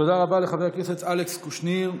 תודה רבה לחבר הכנסת אלכס קושניר.